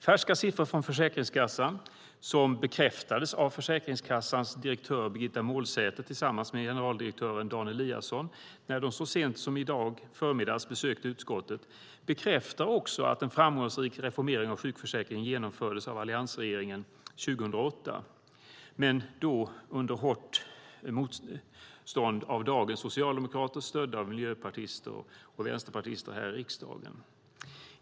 Färska siffror från Försäkringskassan, som bekräftades av Försäkringskassans direktör Birgitta Målsäter tillsammans med generaldirektör Dan Eliasson när de så sent som i förmiddags besökte utskottet, visar också att en framgångsrik reformering av sjukförsäkringen genomfördes av alliansregeringen 2008, men då under hårt motstånd av dagens socialdemokrater stödda av miljöpartister och vänsterpartister här i riksdagen.